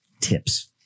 tips